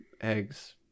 eggs